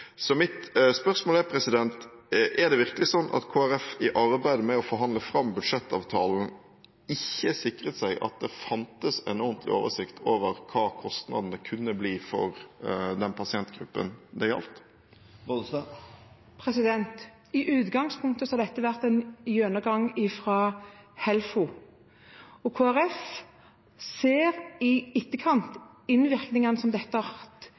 Så mitt spørsmål er: Er det virkelig slik at Kristelig Folkeparti, i arbeidet med å få forhandlet fram budsjettavtalen, ikke sikret seg at det fantes en ordentlig oversikt over hva kostnadene kunne bli for den pasientgruppen det gjaldt? I utgangspunktet var dette en gjennomgang av HELFO. Kristelig Folkeparti ser, i etterkant, hvilken direkte innvirkning dette